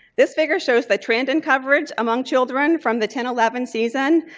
this figure shows the trend in coverage among children from the ten eleven season.